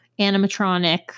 animatronic